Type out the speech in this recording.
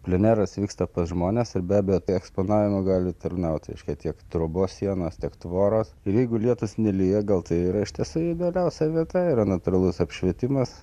pleneras vyksta pas žmones ir be abejo tie eksponavimai gali tarnauti reiškia tiek trobos sienos tiek tvoros ir jeigu lietus nelyja gal tai yra iš tiesų idealiausia vieta yra natūralus apšvietimas